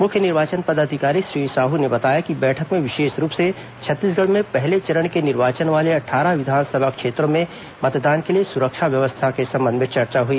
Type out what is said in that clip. मुख्य निर्वाचन पदाधिकारी श्री साहू ने बताया कि बैठक में विशेष रूप से छत्तीसगढ़ में पहले चरण के निर्वाचन वाले अट्ठारह विधानसभा क्षेत्रों में मतदान के लिए सुरक्षा व्यवस्था के संबंध में चर्चा हुई